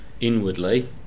inwardly